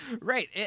Right